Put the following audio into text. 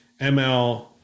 ML